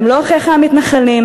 הם לא אחיך המתנחלים,